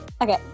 okay